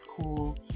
cool